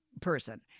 person